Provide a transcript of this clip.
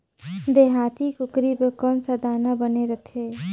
देहाती कुकरी बर कौन सा दाना बने रथे?